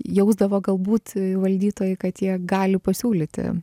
jausdavo galbūt valdytojai kad jie gali pasiūlyti